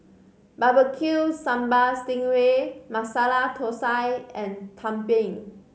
Barbecue Sambal sting ray Masala Thosai and tumpeng